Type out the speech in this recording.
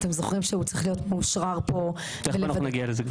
אתם זוכרים שהוא צריך להיות מאושרר פה --- תיכף אנחנו נגיע לזה גם.